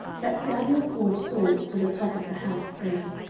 that samuel called saul to the top of the house, saying,